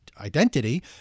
identity